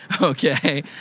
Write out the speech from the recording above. Okay